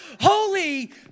holy